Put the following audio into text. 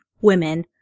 women